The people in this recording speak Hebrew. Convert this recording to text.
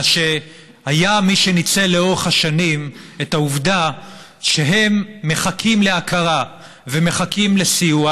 אלא שהיה מי שניצל לאורך השנים את העובדה שהם מחכים להכרה ומחכים לסיוע.